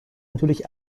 natürlich